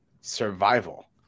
survival